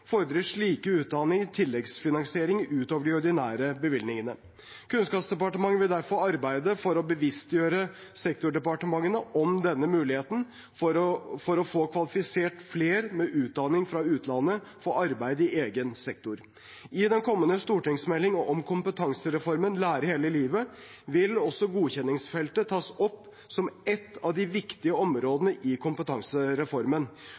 fordrer slike utdanninger tilleggsfinansiering utover de ordinære bevilgningene. Kunnskapsdepartementet vil derfor arbeide for å bevisstgjøre sektordepartementene om denne muligheten for å få kvalifisert flere med utdanning fra utlandet for arbeid i egen sektor. I den kommende stortingsmeldingen om kompetansereformen, Lære hele livet, vil også godkjenningsfeltet tas opp som et av de viktige